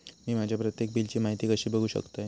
मी माझ्या प्रत्येक बिलची माहिती कशी बघू शकतय?